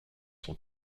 sont